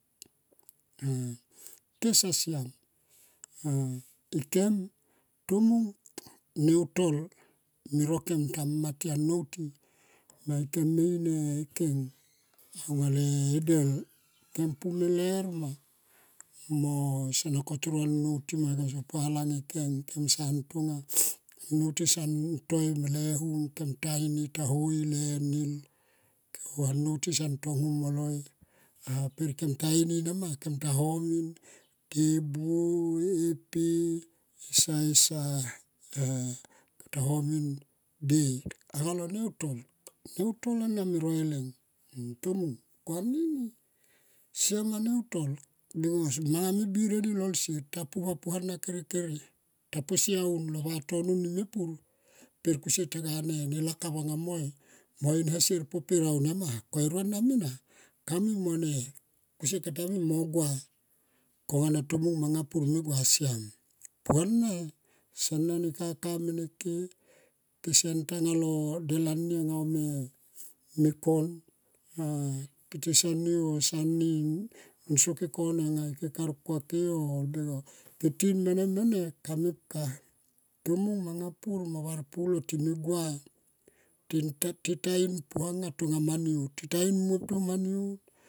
A ke sa sia ah ike tomung ne utol me rokem ta ma ti a nou ti. Ke me in e keng aunga le del kem pu me ler ma mo sona kotoro anou ti mo kem sopu a lang e keng kem san tonga. Tin son toi mele hum kem ta ini ta hoi le nil. Ohanu ti so tong hum moloi per kem ta ini nama kem ta homin nde buo, e pe esa esa. Kem ta homin odei anga le neu tol, neu tol ana me roileng. Kem tomung ko anini siam ma ne utol bekos manga me bir eni lol sier tita pi va puana kere kere aun lo vatono ni me pur. Per kusier taga laka anga moi mo inasier poper aunia ma. Ko e rona mina, kusier kata mui mo ne gua kona tomung anga manga pur me gua. Puana son na ne kaka mene ke. Kesene ntanga lo del ani, anga ome kon ah tison ni soke kone anga ke karkua ke oh. ke tin mene mene kamepka tomung manga pur mo varpulo time gua ti ta in puang tonga ma niu tita in muop.